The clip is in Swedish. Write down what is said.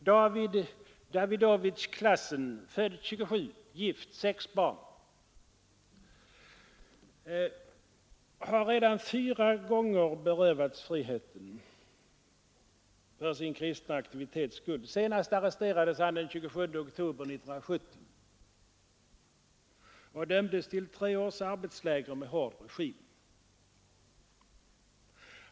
David Davidovitj Klassen, född 1927, gift, sex barn, har redan fyra gånger berövats friheten för sin kristna aktivitets skull. Senast arresterades han den 27 oktober 1970 och dömdes till tre års arbetsläger med hård regim.